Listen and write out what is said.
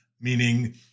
Meaning